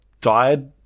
died